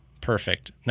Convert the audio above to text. perfect